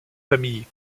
famille